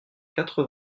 quatre